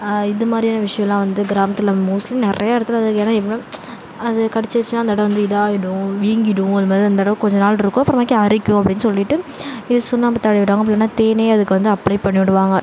இது மாதிரியான விஷயமெலாம் வந்து கிராமத்தில் மோஸ்ட்லி நிறையா இடத்துல ஏன்னால் அது கடிச்சுருச்சின்னா அந்த இடம் வந்து இதாக ஆகிடும் வீங்கிடும் அது மாதிரி தான் அந்த இடம் கொஞ்ச நாள் இருக்கும் அப்புறமாக்கி அரிக்கும் அப்டின்னு இது சுண்ணாம்பு தடவி விடுவாங்க அப்படி இல்லைனா தேனையே அதுக்கு வந்து அப்ளே பண்ணிவிடுவாங்க